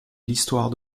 l’histoire